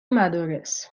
مدارس